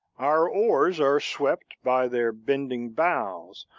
our oars are swept by their bending boughs,